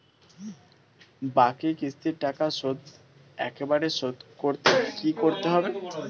বাকি কিস্তির টাকা শোধ একবারে শোধ করতে কি করতে হবে?